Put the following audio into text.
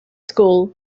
school